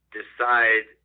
decide